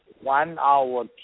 one-hour